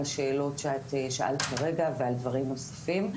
השאלות שאת שאלת כרגע ועל דברים נוספים.